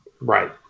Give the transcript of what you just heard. Right